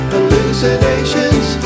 Hallucinations